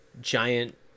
giant